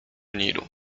nilu